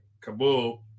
Kabul